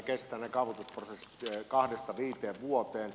ne kaavoitusprosessit kestävät kahdesta viiteen vuoteen